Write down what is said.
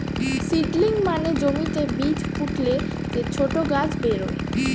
seedling মানে জমিতে বীজ ফুটলে যে ছোট গাছ বেরোয়